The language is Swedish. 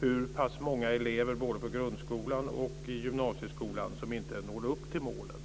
hur många elever både i grundskolan och gymnasieskolan som inte når upp till målen.